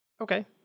Okay